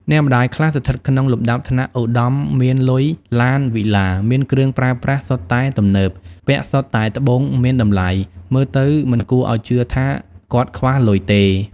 អ្នកម្ដាយខ្លះ ស្ថិតក្នុងលំដាប់ថ្នាក់ឧត្ដមមានលុយ ឡាន វីឡា មានគ្រឿងប្រើប្រាស់សុទ្ធតែទំនើប ពាក់សុទ្ធតែត្បូងមានតម្លៃ មើលទៅមិនគួរឲ្យជឿថា គាត់ខ្វះលុយទេ ។